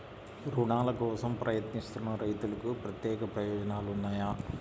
రుణాల కోసం ప్రయత్నిస్తున్న రైతులకు ప్రత్యేక ప్రయోజనాలు ఉన్నాయా?